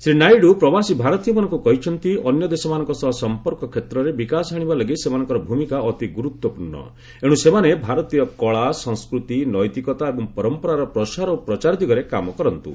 ଶ୍ରୀ ନାଇଡୁ ପ୍ରବାସୀଭାରତୀୟମାନଙ୍କୁ କହିଛନ୍ତି ଅନ୍ୟ ଦେଶମାନଙ୍କ ସହ ସମ୍ପର୍କ କ୍ଷେତ୍ରରେ ବିକାଶ ଆଣିବା ଲାଗି ସେମାନଙ୍କର ଭୂମିକା ଅତି ଗୁରୁତ୍ୱପୂର୍୍ଣ ଏଣୁ ସେମାନେ ଭାରତୀୟ କଳା ସଂସ୍କୃତି ନୈତିକତା ଏବଂ ପରମ୍ପରାର ପ୍ରସାର ଓ ପ୍ରଚାର ଦିଗରେ କାମ କରନ୍ତୁ